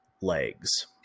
legs